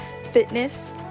fitness